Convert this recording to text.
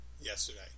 yesterday